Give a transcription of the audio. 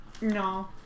No